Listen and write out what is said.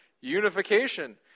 unification